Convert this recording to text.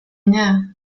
nie